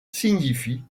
signifie